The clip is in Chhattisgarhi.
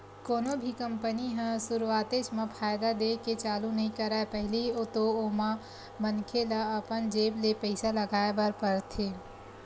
कोनो भी कंपनी ह सुरुवातेच म फायदा देय के चालू नइ करय पहिली तो ओमा मनखे ल अपन जेब ले पइसा लगाय बर परथे